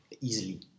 easily